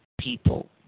people